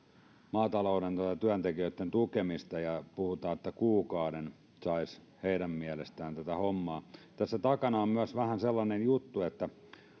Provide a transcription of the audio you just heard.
maatalouden työntekijöitten tukemista ja puhutaan että kuukauden saisi heidän mielestään tätä hommaa näin tehdä tässä takana on myös vähän sellainen juttu että